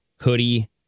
hoodie